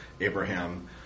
Abraham